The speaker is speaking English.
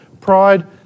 pride